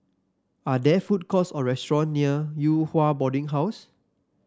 are there food courts or restaurant near Yew Hua Boarding House